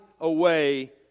away